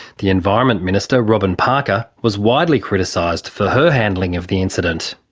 the environment minister, robyn parker, was widely criticised for her handling of the incident.